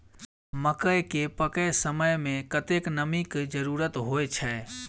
मकई केँ पकै समय मे कतेक नमी केँ जरूरत होइ छै?